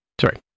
Sorry